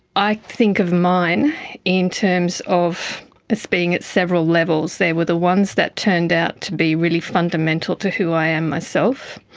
i think of mine in terms of so being at several levels. there were the ones that turned out to be really fundamental to who i am myself.